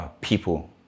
People